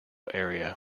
area